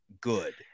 good